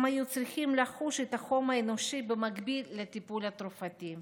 הם היו צריכים לחוש את החום האנושי במקביל לטיפול התרופתי.